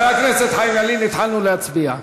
חבר הכנסת חיים ילין, התחלנו להצביע.